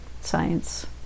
science